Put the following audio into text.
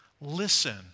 Listen